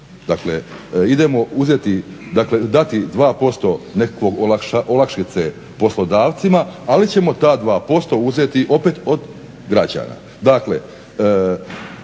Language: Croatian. Dakle, idemo uzeti, dakle dati 2% nekakve olakšice poslodavcima, ali ćemo ta 2% uzeti opet od građana.